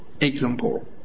example